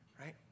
Right